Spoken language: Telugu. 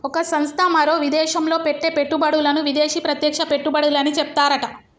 ఒక సంస్థ మరో విదేశంలో పెట్టే పెట్టుబడులను విదేశీ ప్రత్యక్ష పెట్టుబడులని చెప్తారట